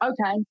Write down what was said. okay